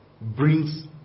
brings